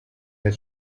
that